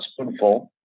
spoonful